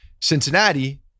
Cincinnati